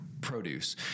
produce